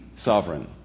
Sovereign